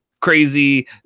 crazy